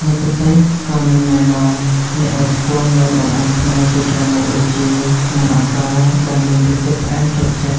មគ្គុទ្ទេសក៍នឹងណែនាំអ្នកឱ្យស្គាល់នូវ បង្អែមខ្មែរ ជាច្រើនមុខដូចជា នំអាកោ ដែលមានរសជាតិផ្អែមជាប់ចិត្ត